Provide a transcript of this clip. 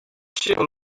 się